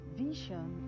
vision